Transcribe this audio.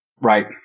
Right